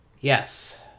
Yes